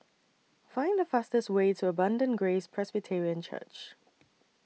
Find The fastest Way to Abundant Grace Presbyterian Church